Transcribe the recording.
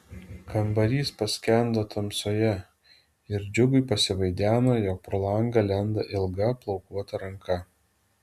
kambarys paskendo tamsoje ir džiugui pasivaideno jog pro langą lenda ilga plaukuota ranka